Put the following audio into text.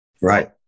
Right